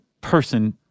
person